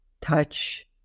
touch